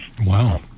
Wow